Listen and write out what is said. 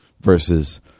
versus